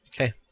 Okay